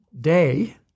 day